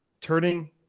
turning